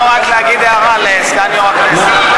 אנחנו לא ועדת כספים.